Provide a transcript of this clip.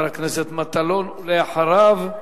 ואחריו,